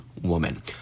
Woman